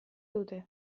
dute